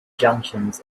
junctions